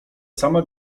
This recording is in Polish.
sama